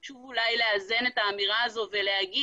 חשוב אולי לאזן את האמירה הזו ולהגיד,